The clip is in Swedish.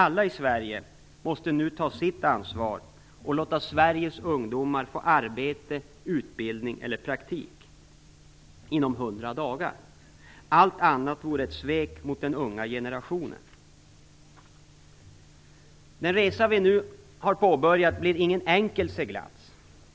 Alla i Sverige måste nu ta sitt ansvar och låta Sveriges ungdomar få arbete, utbildning eller praktik inom 100 dagar. Allt annat vore ett svek mot den unga generationen. Den resa vi nu har påbörjat blir ingen enkel seglats.